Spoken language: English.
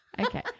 Okay